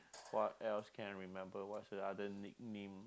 what else can I remember what's the other nickname